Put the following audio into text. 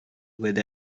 with